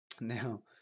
Now